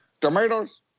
tomatoes